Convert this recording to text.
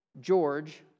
George